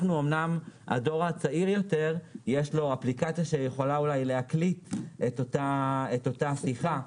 לדור הצעיר יותר יש אולי אפליקציה שיכולה להקליט את אותה שיחה,